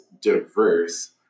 diverse